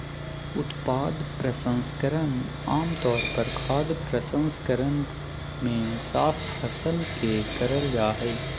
उत्पाद प्रसंस्करण आम तौर पर खाद्य प्रसंस्करण मे साफ फसल के करल जा हई